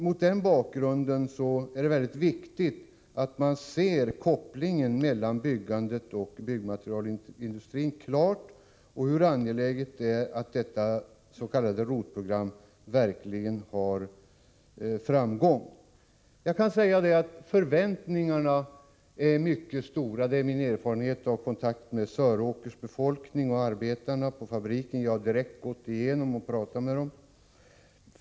Mot den bakgrunden är det väldigt viktigt att man klart ser kopplingen mellan byggandet och byggmaterialindustrin och hur angeläget det är att det s.k. ROT-programmet verkligen har framgång. Jag kan säga att förväntningarna är mycket stora. Det är min erfarenhet av kontakter med Söråkers befolkning och med arbetarna på fabriken.